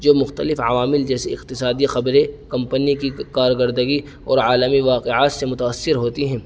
جو مختلف عوامل جیسے اقتصادی خبریں کمپنی کی کارکردگی اور عالمی واقعات سے متاثر ہوتی ہیں